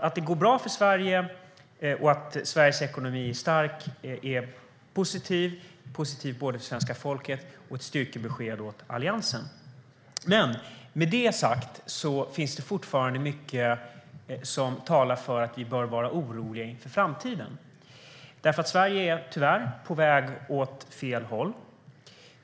Att det går bra för Sverige och att Sveriges ekonomi är stark är alltså positivt för svenska folket och ett styrkebesked för Alliansen. Men med det sagt finns det fortfarande mycket som talar för att vi bör vara oroliga inför framtiden. Sverige är nämligen tyvärr på väg åt fel håll.